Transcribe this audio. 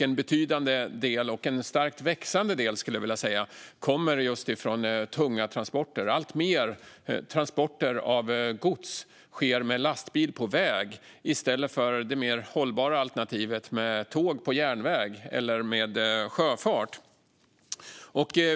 En betydande och starkt växande del kommer just från tunga transporter. Allt fler transporter av gods sker med lastbil på väg i stället för det mer hållbara alternativet med tåg på järnväg eller med sjöfart.